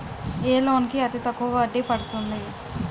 ఏ loan కి అతి తక్కువ వడ్డీ పడుతుంది?